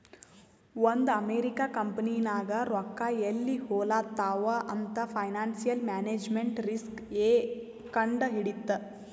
ಒಂದ್ ಅಮೆರಿಕಾ ಕಂಪನಿನಾಗ್ ರೊಕ್ಕಾ ಎಲ್ಲಿ ಹೊಲಾತ್ತಾವ್ ಅಂತ್ ಫೈನಾನ್ಸಿಯಲ್ ಮ್ಯಾನೇಜ್ಮೆಂಟ್ ರಿಸ್ಕ್ ಎ ಕಂಡ್ ಹಿಡಿತ್ತು